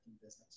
business